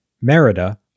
Merida